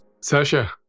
Sasha